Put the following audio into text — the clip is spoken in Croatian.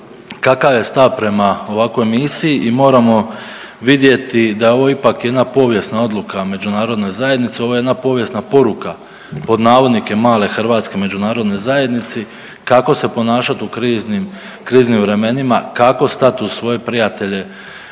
kakav je stav prema ovakvoj misiji i moramo vidjeti da je ovo ipak jedna povijesna odluka međunarodne zajednice, ovo je jedna povijesna poruka pod navodnike male Hrvatske međunarodnoj zajednici kako se ponašat u kriznim, kriznim vremenima, kako stat uz svoje prijatelje,